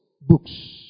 books